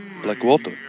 Blackwater